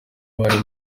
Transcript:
bari